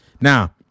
Now